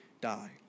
die